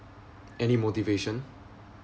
any motivation